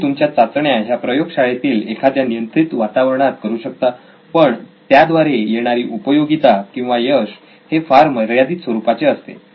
तुम्ही तुमच्या चाचण्या ह्या प्रयोगशाळेतील एखाद्या नियंत्रित वातावरणात करू शकता पण त्याद्वारे येणारी उपयोगिता किंवा यश हे फार मर्यादित स्वरूपाचे असते